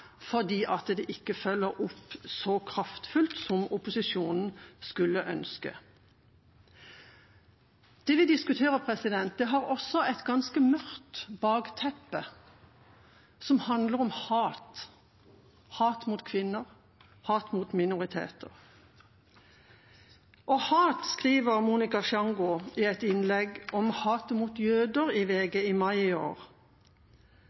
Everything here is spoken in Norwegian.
det ikke følger opp så kraftfullt som opposisjonen skulle ønsket. Det vi diskuterer, har også et ganske mørkt bakteppe, som handler om hat – hat mot kvinner, hat mot minoriteter. Monica Csango skriver om det, i et innlegg om hatet mot jøder i VG i mai i år.